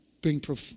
bring